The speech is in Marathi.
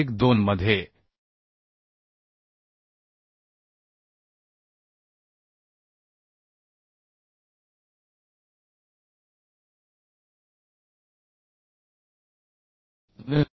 12 मध्ये IS